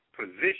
position